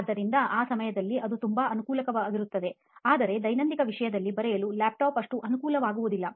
ಆದ್ದರಿಂದ ಆ ಸಮಯದಲ್ಲಿ ಅದು ತುಂಬಾ ಅನುಕೂಲಕರವಾಗಿರುತ್ತದೆ ಆದರೆ ದೈನಂದಿನ ವಿಷಯವನ್ನು ಬರೆಯಲು laptop ಅಷ್ಟು ಅನುಕೂಲಕರವಾಗಿಲ್ಲ